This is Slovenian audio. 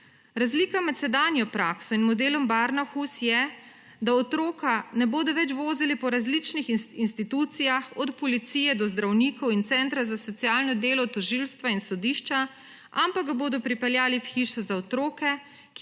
Razlika med sedanjo prakso in modelom Barnahus je, da otroka ne bodo več vozili po različnih institucijah, od policije do zdravnikov in centra za socialno delo, tožilstva in sodišča, ampak ga bodo pripeljali v hišo za otroke,